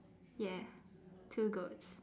ya two goats